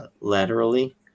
laterally